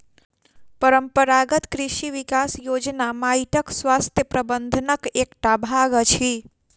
परंपरागत कृषि विकास योजना माइटक स्वास्थ्य प्रबंधनक एकटा भाग अछि